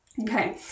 Okay